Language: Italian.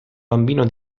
bambino